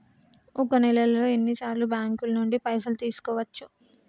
ఒక నెలలో ఎన్ని సార్లు బ్యాంకుల నుండి పైసలు తీసుకోవచ్చు?